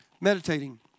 Meditating